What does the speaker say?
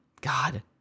god